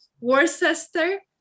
Worcester